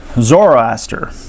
Zoroaster